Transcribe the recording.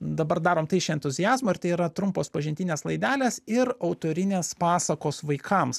dabar darom tai iš entuziazmo ir tai yra trumpos pažintinės laidelės ir autorinės pasakos vaikams